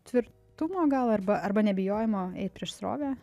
tvirtumo gal arba arba nebijojimo eit prieš srovę